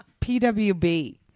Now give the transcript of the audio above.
PWB